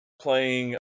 playing